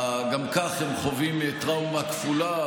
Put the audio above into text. גם כך הם חווים טראומה כפולה,